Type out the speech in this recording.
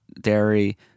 dairy